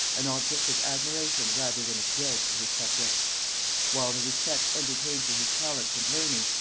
an object of admiration rather than of dread to his subjects while the respect entertained for his talents and learning,